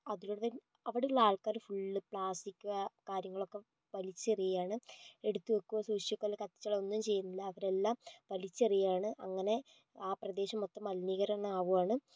അതിലൂടെയും അവിടെയുള്ള ആൾക്കാര് full plastic കാര്യങ്ങളൊക്കെ വലിച്ചെറിയുകയാണ് എടുത്തു വെക്കുക സൂക്ഷിച്ചു വയ്ക്കുക അല്ലെങ്കിൽ കത്തിച്ചു കളയുകയോ ഒന്നും ചെയ്യുന്നില്ല അവരെല്ലാം വലിച്ചെറിയുകയാണ് അങ്ങനെ ആ പ്രദേശം മൊത്തം മലിനീകരണം ആകുകയാണ്